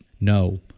No